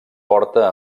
porta